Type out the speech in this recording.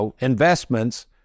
investments